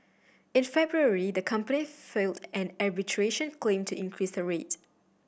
in February the company filed an arbitration claim to increase the rate